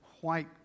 white